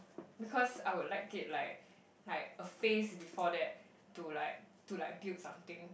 because I would like it like like a face before that to like to like build something